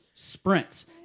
sprints